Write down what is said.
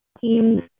teams